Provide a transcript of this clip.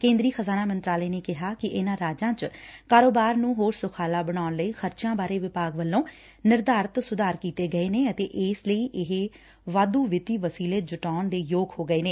ਕੇ'ਦਰੀ ਖਜ਼ਾਨਾ ਮੰਤਰਾਲੇ ਨੇ ਕਿਹਾ ਕਿ ਇਨਾਂ ਰਾਜਾਂ 'ਚ ਕਾਰੋਬਾਰ ਨੁੰ ਸੁਖਾਲਾ ਬਣਾਉਣ ਲਈ ਖਰਚਿਆਂ ਬਾਰੇ ਵਿਭਾਗ ਵੱਲੋ' ਨਿਰਧਾਰਿਤ ਸੁਧਾਰ ਕੀਤੇ ਗਏ ਨੇ ਅਤੇ ਇਸ ਲਈ ਇਹ ਵਾਧੂ ਵਿੱਤੀ ਵਸੀਲੇ ਜੁਟਾਉਣ ਯੋਗ ਹੋ ਗਏ ਨੇ